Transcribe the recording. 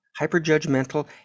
hyperjudgmental